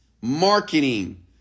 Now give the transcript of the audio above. marketing